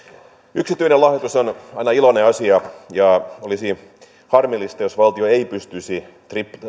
yksityinen lahjoitus on aina iloinen asia ja olisi harmillista jos valtio ei pystyisi